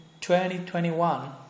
2021